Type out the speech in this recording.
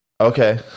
Okay